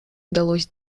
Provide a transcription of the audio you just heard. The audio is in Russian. удалось